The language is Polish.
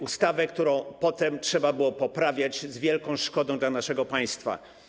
Ustawę, którą potem trzeba było poprawiać z wielką szkodą dla naszego państwa.